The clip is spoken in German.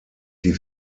die